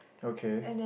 okay